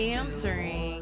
answering